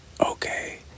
Okay